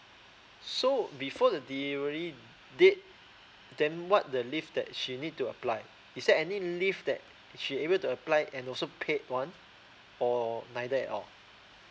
so before the delivery date then what the leave that she need to apply is there any leave that she able to apply and also paid one or neither at all